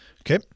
Okay